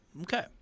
Okay